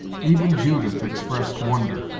even judith expressed wonder,